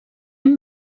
amb